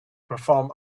perform